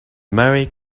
merry